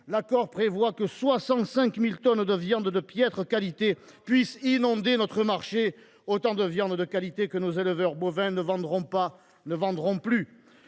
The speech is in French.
L’accord prévoit ainsi que 65 000 tonnes de viande de piètre qualité pourront inonder notre marché – autant de viande de qualité que nos éleveurs bovins ne vendront plus ! Le Ceta, c’est